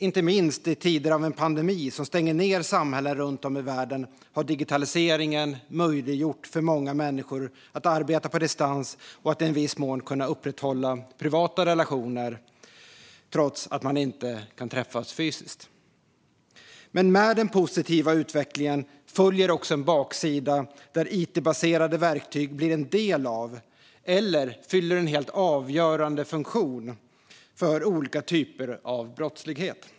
Inte minst i tider av en pandemi som stänger ned samhällen runt om i världen har digitaliseringen möjliggjort för många människor att arbeta på distans och att i viss mån upprätthålla privata relationer trots att man inte kan träffas fysiskt. Men med den positiva utvecklingen följer också en baksida. It-baserade verktyg blir en del av eller fyller en helt avgörande funktion för olika typer av brottslighet.